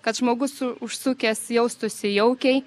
kad žmogus užsukęs jaustųsi jaukiai